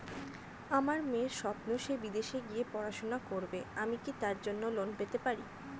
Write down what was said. আমার মেয়ের স্বপ্ন সে বিদেশে গিয়ে পড়াশোনা করবে আমি কি তার জন্য লোন পেতে পারি?